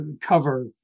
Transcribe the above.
cover